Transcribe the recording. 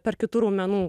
per kitų raumenų